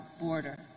border